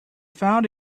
found